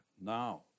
Now